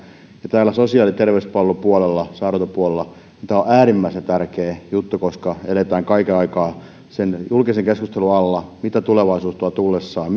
täällä sosiaali ja terveyspalvelupuolella sairaanhoitopuolella tämä on äärimmäisen tärkeä juttu koska eletään kaiken aikaa sen julkisen keskustelun alla mitä tulevaisuus tuo tullessaan